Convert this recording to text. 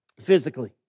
physically